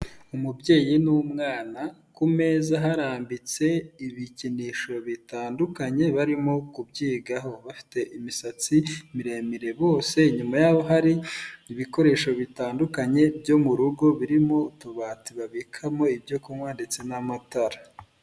Umubyeyi n'umwana ku meza harambitse ibikinisho bitandukanye barimo kubyigaho bafite imisatsi miremire bose inyuma yabo hari ibikoresho bitandukanye byo mu rugo birimo utubati babikamo ibyo kunywa ndetse n'amatara.